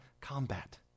combat